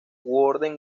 wonder